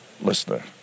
listener